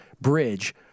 bridge